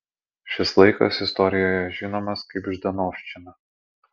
šis laikas istorijoje žinomas kaip ždanovščina